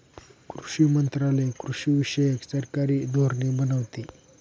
कृषी मंत्रालय कृषीविषयक सरकारी धोरणे बनवते